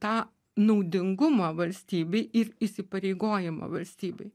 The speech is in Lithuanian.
tą naudingumą valstybei ir įsipareigojimą valstybei